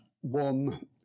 One